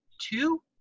two